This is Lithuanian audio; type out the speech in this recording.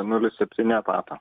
nulis septyni etato